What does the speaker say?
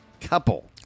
couple